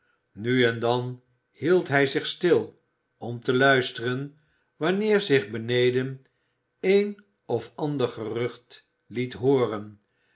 nu en dan hield hij zich stil om te luisteren wanneer zich beneden een of ander gerucht liet hooren